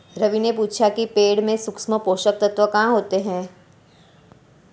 रवि ने पूछा कि पेड़ में सूक्ष्म पोषक तत्व कहाँ होते हैं?